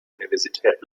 universität